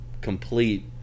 complete